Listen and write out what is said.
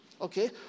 okay